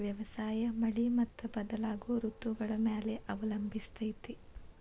ವ್ಯವಸಾಯ ಮಳಿ ಮತ್ತು ಬದಲಾಗೋ ಋತುಗಳ ಮ್ಯಾಲೆ ಅವಲಂಬಿಸೈತ್ರಿ